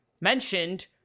mentioned